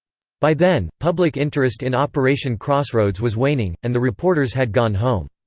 by then, public interest in operation crossroads was waning, and the reporters had gone home.